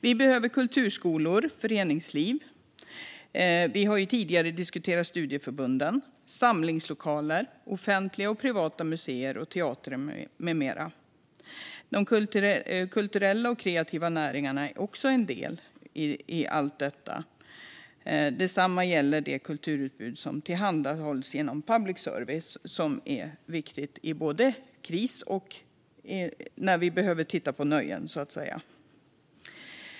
Vi behöver kulturskolor, föreningsliv, studieförbund, som vi har diskuterat tidigare, samlingslokaler, offentliga och privata museer och teatrar med mera. De kulturella och kreativa näringarna är också en del i allt detta. Detsamma gäller det kulturutbud som tillhandahålls genom public service. Public service är viktig både när det är kris och när vi behöver titta på nöjen, så att säga.